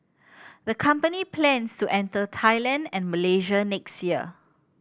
the company plans to enter Thailand and Malaysia next year